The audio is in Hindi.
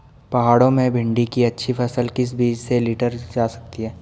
पहाड़ों में भिन्डी की अच्छी फसल किस बीज से लीटर जा सकती है?